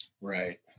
Right